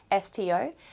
STO